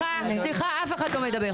סליחה, אף אחד לא מדבר.